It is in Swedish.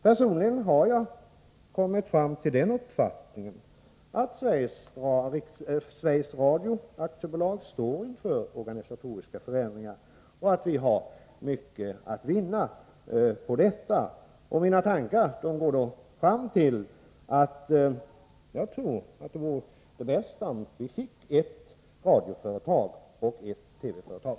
Personligen har jag kommit fram till uppfättningen att Sveriges Radio AB står inför organisatoriska förändringar och att vi har mycket att vinna på detta. Mina tankar går i den riktningen att jag trör att det vore bäst om vi fick ett radioföretag och ett TV-företag.